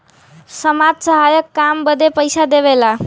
समाज सहायक काम बदे पइसा देवेला